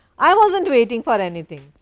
i wasn't waiting for anything.